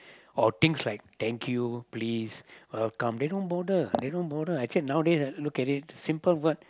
or things like thank you please welcome they don't bother they don't bother actually nowadays I look at it simple word